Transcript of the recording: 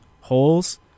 Holes